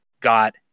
got